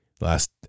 last